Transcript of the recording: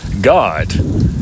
God